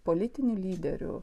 politinių lyderių